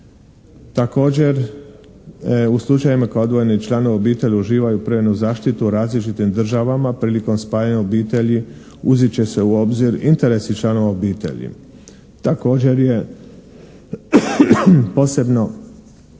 Također u slučajevima kada odvojeni članovi obitelji uživaju privremenu zaštitu u različitim državama prilikom spajanja obitelji uzet će se u obzir interesi članova obitelji. Također je posebno